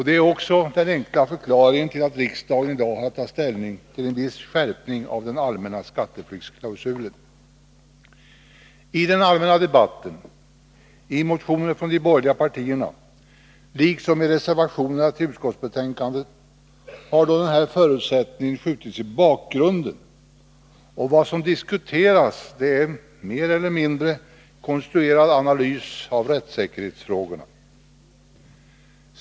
Det är också den enkla förklaringen till att riksdagen i dag har att ta ställning till en viss skärpning av den allmänna skatteflyktsklausulen. I den allmänna debatten, i motioner från de borgerliga partierna liksom i reservationerna till utskottsbetänkandet har denna förutsättning skjutits i bakgrunden. Vad som diskuteras är en mer eller mindre konstruerad analys av rättssäkerhetsfrågorna.